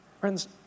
Friends